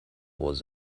was